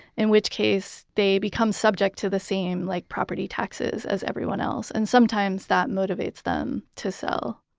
in which case they become subject to the same like property taxes as everyone else and sometimes that motivates them to sell.